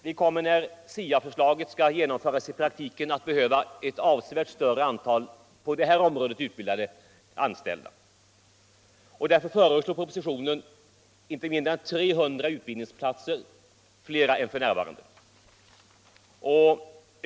Vi kommer, när SIA-förslaget skall genomföras i praktiken, att behöva ett avsevärt högre antal på detta område utbildade anställda. Därför föreslås i propositionen inte mindre än 300 utbildningsplatser fler än f. n.